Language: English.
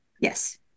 yes